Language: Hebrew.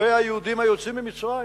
כלפי היהודים היוצאים ממצרים.